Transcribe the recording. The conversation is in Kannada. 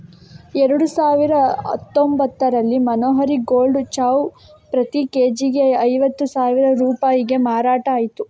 ಎರಡು ಸಾವಿರದ ಹತ್ತೊಂಭತ್ತರಲ್ಲಿ ಮನೋಹರಿ ಗೋಲ್ಡ್ ಚಾವು ಪ್ರತಿ ಕೆ.ಜಿಗೆ ಐವತ್ತು ಸಾವಿರ ರೂಪಾಯಿಗೆ ಮಾರಾಟ ಆಯ್ತು